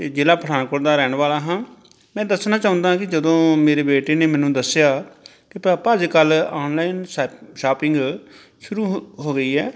ਅਤੇ ਜ਼ਿਲ੍ਹਾ ਪਠਾਨਕੋਟ ਦਾ ਰਹਿਣ ਵਾਲਾ ਹਾਂ ਮੈਂ ਦੱਸਣਾ ਚਾਹੁੰਦਾ ਕਿ ਜਦੋਂ ਮੇਰੀ ਬੇਟੀ ਨੇ ਮੈਨੂੰ ਦੱਸਿਆ ਕਿ ਪਾਪਾ ਅੱਜ ਕੱਲ੍ਹ ਔਨਲਾਈਨ ਸ਼ੈ ਸ਼ਾਪਿੰਗ ਸ਼ੁਰੂ ਹੋ ਹੋ ਗਈ ਹੈ